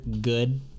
good